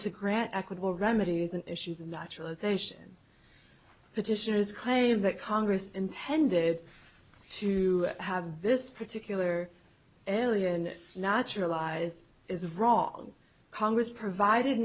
grant equitable remedies and issues naturalization petitioners claim that congress intended to have this particular area and naturalized is wrong congress provided